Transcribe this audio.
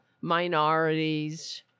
minorities